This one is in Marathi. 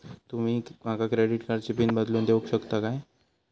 तुमी माका क्रेडिट कार्डची पिन बदलून देऊक शकता काय?